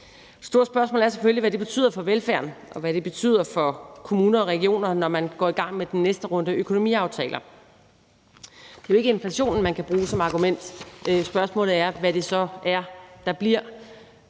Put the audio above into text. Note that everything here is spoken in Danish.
store spørgsmål er selvfølgelig, hvad det betyder for velfærden, og hvad det betyder for kommuner og regioner, når man går i gang med den næste runde økonomiaftaler. Det er jo ikke inflationen, man kan bruge som argument, og spørgsmålet er, hvad det så er, der vil